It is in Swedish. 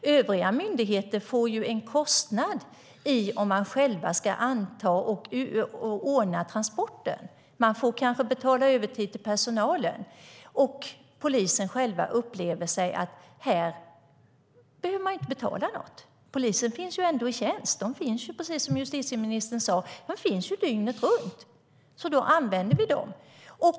Övriga myndigheter får en kostnad om de själva ska anta och ordna transporten. De får kanske betala övertid till personalen. Polisen själva upplever att de inte behöver betala något. Polisen finns ändå i tjänst. De finns, precis som justitieministern sade, dygnet runt, och då använder vi dem.